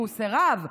והוא סירב.